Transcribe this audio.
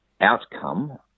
outcome